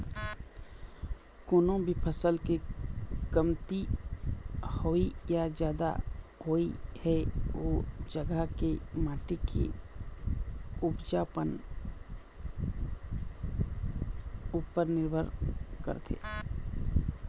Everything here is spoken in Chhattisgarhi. कोनो भी फसल के कमती होवई या जादा होवई ह ओ जघा के माटी के उपजउपन उपर निरभर करथे